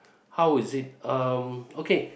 how is it um okay